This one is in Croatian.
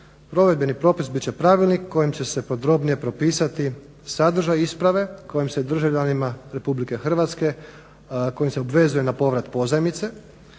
Provedbeni propis bit će pravilnik kojim će se podrobnije propisati sadržaj isprave kojom se državljanima RH kojim se obvezuje na povrat pozajmice